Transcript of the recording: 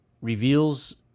reveals